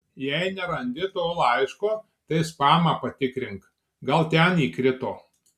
jei nerandi to laiško tai spamą patikrink gal ten įkrito